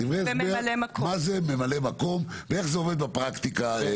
דברי הסבר מה זה ממלא מקום ואיך זה עובד בפרקטיקה.